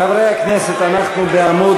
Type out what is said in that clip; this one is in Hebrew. חברי הכנסת, אנחנו בעמוד